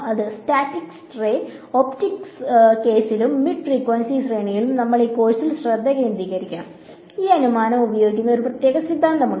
അതിനാൽ സ്റ്റാറ്റിക്സ് കേസിലും ray optics കേസിലും മിഡ് ഫ്രീക്വൻസി ശ്രേണിയിലും നമ്മൾ ഈ കോഴ്സിൽ ശ്രദ്ധ കേന്ദ്രീകരിക്കും ഈ അനുമാനം ഉപയോഗിക്കുന്ന ഒരു പ്രത്യേക സിദ്ധാന്തമുണ്ട്